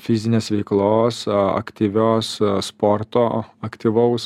fizinės veiklos aktyvios sporto aktyvaus